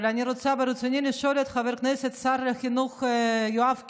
אבל ברצוני לשאול את חבר הכנסת ושר החינוך יואב קיש,